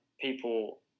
people